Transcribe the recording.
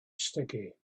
sticky